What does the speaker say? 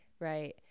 right